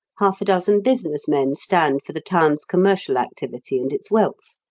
half a dozen business men stand for the town's commercial activity and its wealth.